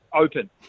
open